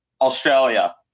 Australia